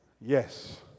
Yes